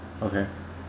okay